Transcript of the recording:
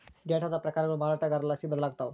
ಡೇಟಾದ ಪ್ರಕಾರಗಳು ಮಾರಾಟಗಾರರ್ಲಾಸಿ ಬದಲಾಗ್ತವ